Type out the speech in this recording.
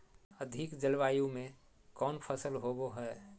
अधिक जलवायु में कौन फसल होबो है?